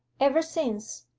ever since,